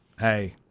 Hey